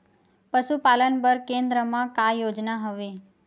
पशुपालन बर केन्द्र म का योजना हवे?